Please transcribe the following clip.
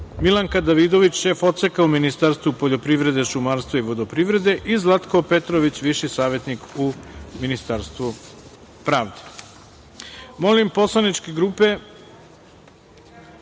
Milanka Davidović, šef Odseka u Ministarstvu poljoprivrede, šumarstva i vodoprivrede i Zlatko Petrović, viši savetnik u Ministarstvu pravde. Molim